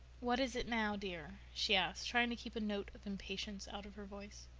what is it now, dear? she asked, trying to keep a note of impatience out of her voice.